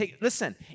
Listen